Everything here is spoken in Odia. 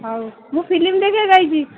ହଉ ମୁଁ ଫିଲ୍ମ୍ ଦେଖିଆକୁ ଯାଇଛି